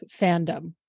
fandom